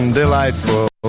delightful